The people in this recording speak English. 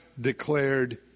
declared